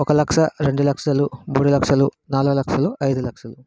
ఒక లక్ష రెండు లక్షలు మూడు లక్షలు నాలుగు లక్షలు ఐదు లక్షలు